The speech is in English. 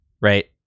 Right